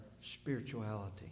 spirituality